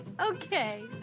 Okay